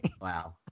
Wow